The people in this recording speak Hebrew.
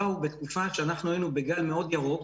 באו בתקופה שאנחנו היינו בגל מאוד ירוק